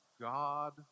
God